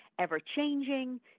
ever-changing